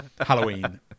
Halloween